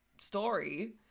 story